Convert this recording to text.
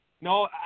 no